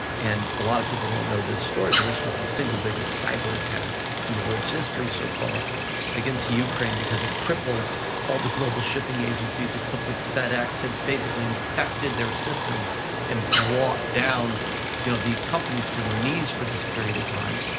and a lot of people don't know this story, but this was the single biggest cyber attack in the world's history so far against the ukraine, because it crippled all the global shipping agencies, it crippled fedex and basically infected their systems and brought down you know these companies to their knees for this period of time,